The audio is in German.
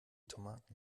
tomaten